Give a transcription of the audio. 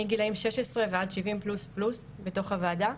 מגילאים 16 ועד 70 פלוס בתוך הוועדה,